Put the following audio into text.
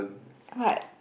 what